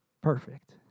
perfect